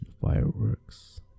fireworks